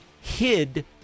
hid